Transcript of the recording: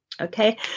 okay